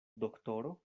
doktoro